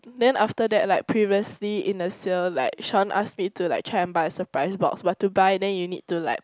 then after that like previously in a sale like Shawn ask me to like try and buy a surprise box but to buy then you need to like